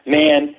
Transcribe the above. man